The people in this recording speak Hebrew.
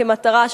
כמטרה,